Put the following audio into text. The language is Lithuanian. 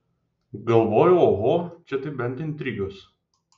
galvojau oho čia tai bent intrigos